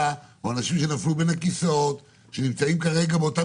או אנשים שנפלו בין הכיסאות שנמצאים כרגע באותם